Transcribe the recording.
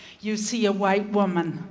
you see a white woman,